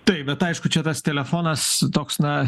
taip bet aišku čia tas telefonas toks na